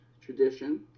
tradition